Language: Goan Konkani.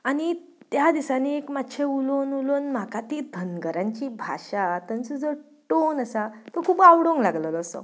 आनी त्या दिसांनी एक मातशें उलोवन उलोवन म्हाका ती धंगारांची भाशा तांचो जो टॉन आसा तो खूब आवडूंक लागललो असो